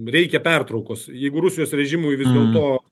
reikia pertraukos jeigu rusijos režimui vis dėlto